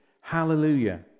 Hallelujah